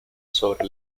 sobre